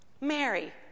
Mary